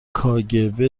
کاگب